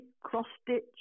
cross-stitch